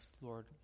Lord